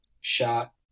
shot